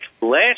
Last